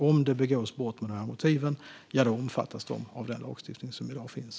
Om det begås brott med sådana motiv omfattas de av den lagstiftning som i dag finns.